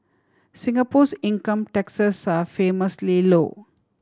Singapore's income taxes are famously low